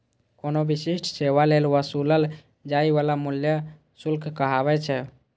कोनो विशिष्ट सेवा लेल वसूलल जाइ बला मूल्य शुल्क कहाबै छै